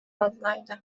fazlaydı